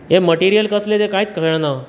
हे मटिरियल कसले ते काय कळना